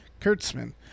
kurtzman